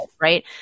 right